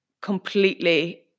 completely